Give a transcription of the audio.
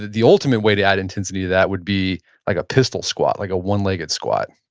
the ultimate way to add intensity to that would be like a pistol squat, like a one-legged squat